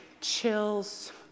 chills